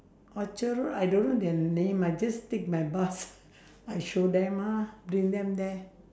orchard-road I don't know their name I just take my bus I show them ah bring them there